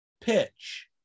pitch